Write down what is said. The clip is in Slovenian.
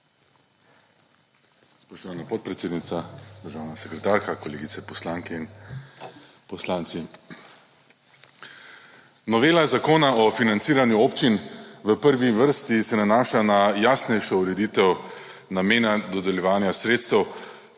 Spoštovana podpredsednica, državna sekretarka, kolegice poslanke in poslanci! Novela zakona o financiranju občin v prvi vrsti se nanaša na jasnejšo ureditev namena dodeljevanja sredstev,